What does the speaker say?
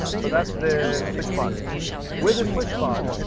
so that's the switchpod with the switchpod,